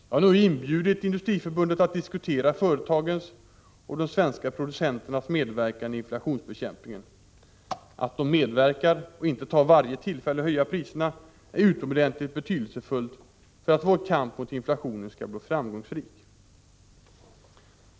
Jag har nu inbjudit Industriförbundet att diskutera företagens och de svenska producenternas medverkan i inflationsbekämpningen. Att de medverkar och inte tar varje tillfälle att höja priserna är utomordentligt betydelsefullt för att vår kamp mot inflationen skall bli framgångsrik.